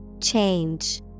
Change